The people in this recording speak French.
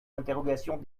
interrogations